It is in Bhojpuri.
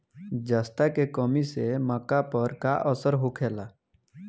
जस्ता के कमी से मक्का पर का असर होखेला?